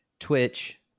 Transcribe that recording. twitch